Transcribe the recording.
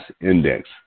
index